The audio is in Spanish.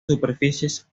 superficies